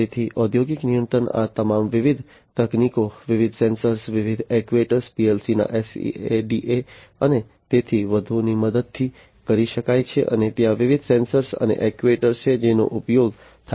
તેથી ઔદ્યોગિક નિયંત્રણ આ તમામ વિવિધ તકનીકો વિવિધ સેન્સર્સ વિવિધ એક્ટ્યુએટર PLCના SCADA અને તેથી વધુની મદદથી કરી શકાય છે અને ત્યાં વિવિધ સેન્સર્સ અને એક્ટ્યુએટર છે જેનો ઉપયોગ થાય છે